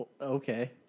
Okay